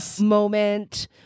moment